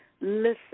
listen